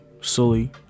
Sully